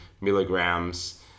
milligrams